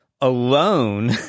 alone